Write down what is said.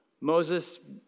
Moses